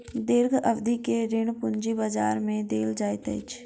दीर्घ अवधि के ऋण पूंजी बजार में देल जाइत अछि